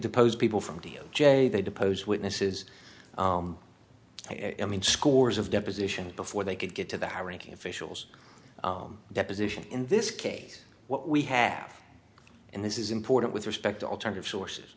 deposed people from d o j they depose witnesses i mean scores of depositions before they could get to the high ranking officials deposition in this case what we have in this is important with respect to alternative sources